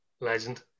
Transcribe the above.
Legend